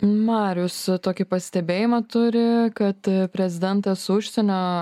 marius tokį pastebėjimą turi kad prezidentas užsienio